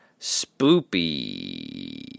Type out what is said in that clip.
spoopy